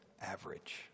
average